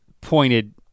pointed